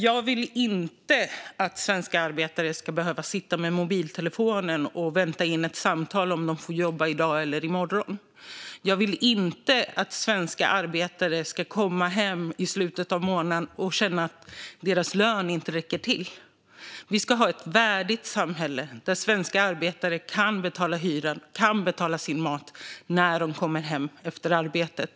Jag vill inte att svenska arbetare ska behöva sitta med mobiltelefonen och vänta in ett samtal om huruvida de får jobba i dag eller i morgon. Jag vill inte att svenska arbetare ska komma hem i slutet av månaden och känna att deras lön inte räcker till. Vi ska ha ett värdigt samhälle där svenska arbetare kan betala sin hyra och sin mat när de kommer hem efter arbetet.